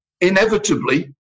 inevitably